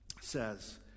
says